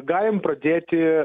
galim pradėti